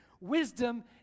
Wisdom